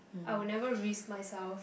I will never risk myself